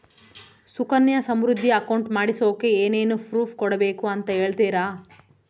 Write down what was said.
Sukanya Samriddhi account ಮಾಡಿಸೋಕೆ ಏನೇನು proof ಕೊಡಬೇಕು ಅಂತ ಹೇಳ್ತೇರಾ?